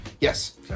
yes